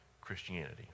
Christianity